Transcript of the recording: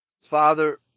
Father